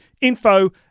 info